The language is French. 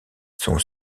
son